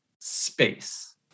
space